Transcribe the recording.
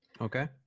Okay